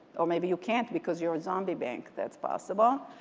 or maybe you can't because you're a zombie bank. that's possible.